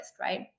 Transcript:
right